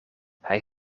hij